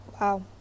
Wow